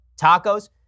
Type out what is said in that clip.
tacos